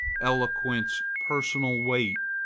eloquence, personal weight,